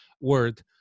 word